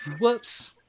Whoops